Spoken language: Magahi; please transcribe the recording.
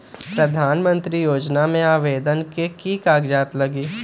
प्रधानमंत्री योजना में आवेदन मे की की कागज़ात लगी?